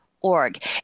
org